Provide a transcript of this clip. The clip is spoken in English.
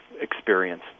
experience